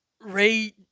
Ray